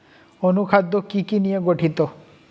অনুখাদ্য কি কি নিয়ে গঠিত?